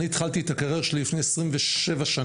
אני התחלתי את הקריירה שלי לפני 27 שנים,